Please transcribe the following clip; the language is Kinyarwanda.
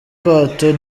kato